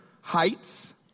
heights